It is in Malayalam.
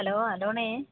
ഹലോ അഡോണേ